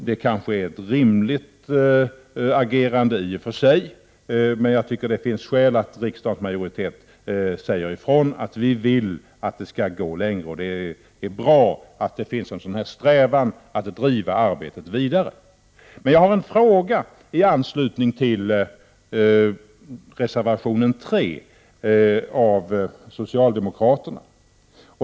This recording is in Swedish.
Det kanske är ett rimligt agerande i och för sig, men jag tycker att det finns skäl att riksdagens majoritet säger ifrån att den vill att vi skall gå längre och att det är bra att det finns en strävan att driva arbetet vidare. Jag har en fråga i anslutning till reservation 3 av socialdemokraterna.